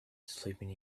sleeping